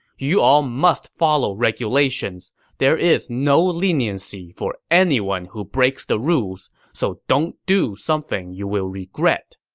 you all must follow regulations. there is no leniency for anyone who breaks the rules, so don't do something you will regret.